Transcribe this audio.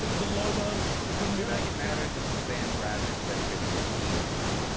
the lobos from newmarket matters if sam bradford has ever been on your team or not.